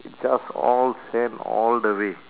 it's just all sand all the way